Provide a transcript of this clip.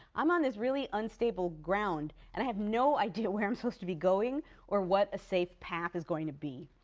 i'm on this really unstable ground and i have no idea where i'm supposed to be going or what a safe path is going to be